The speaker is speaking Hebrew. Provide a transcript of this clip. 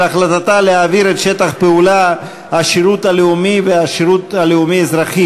החלטתה להעביר את שטח הפעולה השירות הלאומי והשירות הלאומי-אזרחי